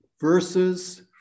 verses